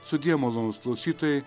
sudie malonūs klausytojai